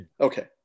Okay